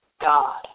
God